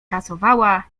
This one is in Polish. pracowała